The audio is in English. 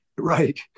Right